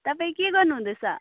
तपाईँ के गर्नु हुँदैछ